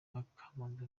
akamanzi